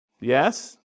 Yes